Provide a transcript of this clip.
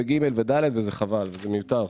ו-ג' ו-ד' וזה חבל זה מיותר.